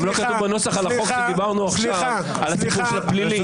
סליחה -- גם לא כתוב בנוסח על החוק שדיברנו עכשיו על התיקון של הפלילי.